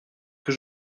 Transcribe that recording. que